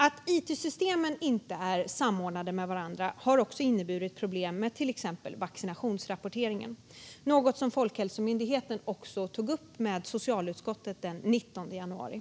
Att it-systemen inte är samordnade med varandra har också inneburit problem med till exempel vaccinationsrapporteringen, något som Folkhälsomyndigheten också tog upp med socialutskottet den 19 januari.